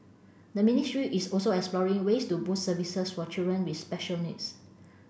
the ministry is also exploring ways to boost services for children with special needs